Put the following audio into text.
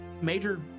major